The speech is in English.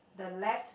the left